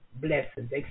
blessings